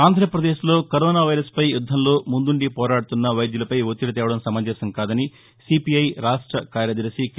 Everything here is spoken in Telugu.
ఆంధ్రప్రదేశ్లో కరోనా వైరస్పై యుద్దంలో ముందుండి పోరాడుతున్న వైద్యులపై ఒత్తిడి తేవడం సమంజసం కాదని సీపీఐ రాష్ట్ర కార్యదర్శి కె